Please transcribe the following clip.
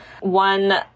One